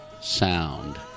sound